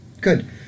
Good